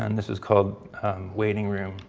and this is called waiting room.